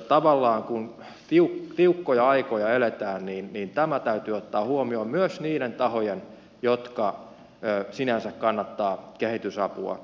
mutta tavallaan kun tiukkoja aikoja eletään niin tämä täytyy ottaa huomioon myös niiden tahojen jotka sinänsä kannattavat kehitysapua